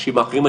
האנשים האחרים.